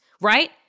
right